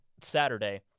Saturday